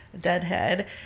deadhead